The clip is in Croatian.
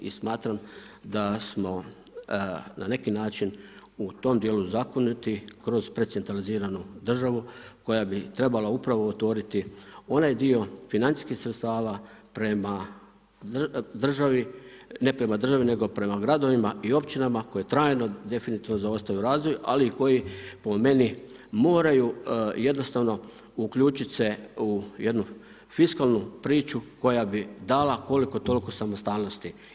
I smatram da smo na neki način u tom dijelu zakinuti kroz precentraliziranu državu koja bi trebala upravo otvoriti onaj dio financijskih sredstava prema državi, ne prema državi nego prema gradovima i općinama koje trajno definitivno zaostaju u razvoju, ali i koji po meni moraju jednostavno uključiti se u jednu fiskalnu priču koja bi dala koliko-toliko samostalnosti.